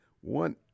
One